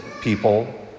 people